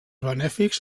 benèfics